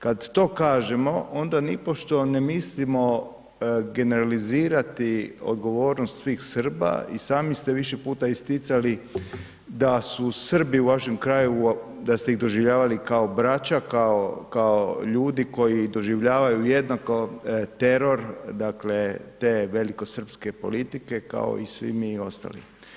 Kad to kažemo onda nipošto ne mislimo generalizirati odgovornost svih Srba, i sami ste više puta isticali da su Srbi u vašem kraju, da ste ih doživljavali kao braća, kao ljudi koji doživljavaju jednako teror, dakle, te velikosrpske politike, kao i svi mi ostali.